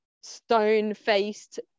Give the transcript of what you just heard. stone-faced